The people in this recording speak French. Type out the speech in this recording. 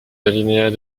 alinéas